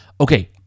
Okay